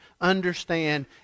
understand